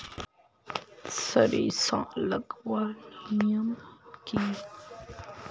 सरिसा लगवार नियम की?